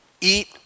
Eat